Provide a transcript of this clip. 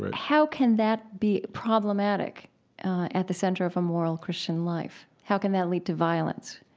but how can that be problematic at the center of a moral christian life? how can that lead to violence?